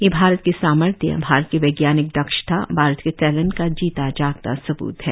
ये भारत के सामर्थ्य भारत की वैज्ञानिक दक्षता भारत के टैलेंट का जीता जागता सब्रत है